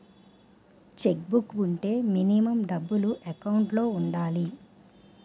Check book వుంటే minimum డబ్బులు account లో ఉండాలి?